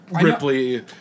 Ripley